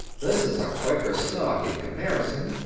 this is a quaker stock in comparison.